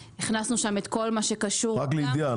הכנסנו שם את כל מה שקשור --- רק לידיעה,